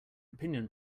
opinion